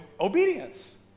obedience